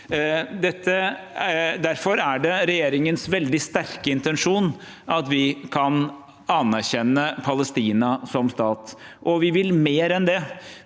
Det er regjeringens veldig sterke intensjon at vi kan anerkjenne Palestina som stat. Og vi vil mer enn det.